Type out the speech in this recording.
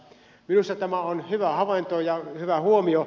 minusta tämä on hyvä havainto ja hyvä huomio